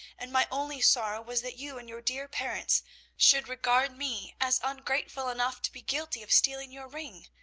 and my only sorrow was that you and your dear parents should regard me as ungrateful enough to be guilty of stealing your ring.